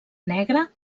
negra